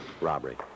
Robbery